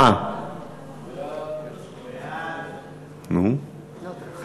הודעת ועדת הכלכלה על רצונה להחיל דין רציפות